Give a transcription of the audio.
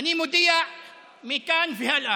אני מודיע מכאן והלאה: